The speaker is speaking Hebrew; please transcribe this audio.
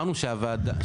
שהוועדה,